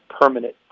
permanent